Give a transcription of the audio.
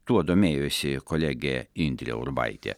tuo domėjosi kolegė indrė urbaitė